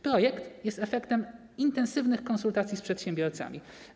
Projekt jest efektem intensywnych konsultacji z przedsiębiorcami.